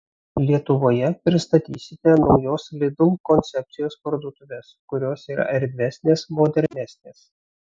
lietuvoje pristatysite naujos lidl koncepcijos parduotuves kurios yra erdvesnės modernesnės